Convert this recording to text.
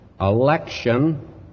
election